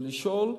לשאול,